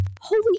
holy